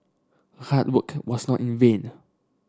hard work was not in vain